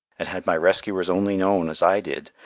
and had my rescuers only known, as i did,